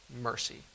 mercy